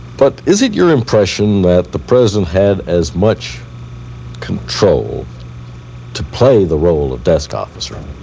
but is it your impression that the president had as much control to play the role of desk officer